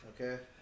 Okay